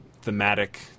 thematic